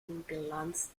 bilanz